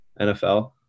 NFL